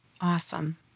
Awesome